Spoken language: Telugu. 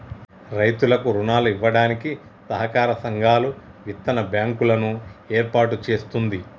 రైతులకు రుణాలు ఇవ్వడానికి సహకార సంఘాలు, విత్తన బ్యాంకు లను ఏర్పాటు చేస్తుంది